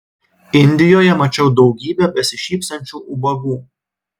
indijoje mačiau daugybę besišypsančių ubagų